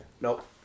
Nope